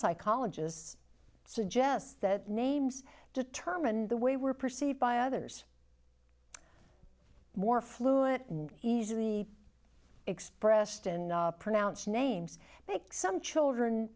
psychologists suggest that names determine the way we're perceived by others more fluid and easily expressed and pronounce names make some children